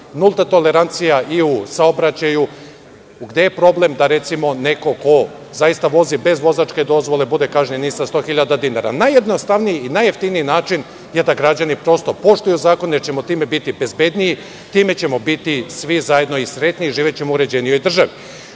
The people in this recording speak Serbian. nulta tolerancija i u saobraćaju gde je problem da, recimo, neko ko vozi bez vozačke dozvole bude kažnjen i sa 100.000 dinara. Najjednostavniji i najjeftiniji način je da građani prosto poštuju zakone, jer ćemo time biti bezbedniji, time ćemo biti svi zajedno srećniji, živećemo u uređenijoj državi.